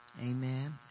Amen